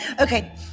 Okay